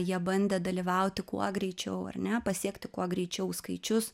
jie bandė dalyvauti kuo greičiau ar ne pasiekti kuo greičiau skaičius